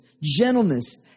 gentleness